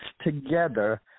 together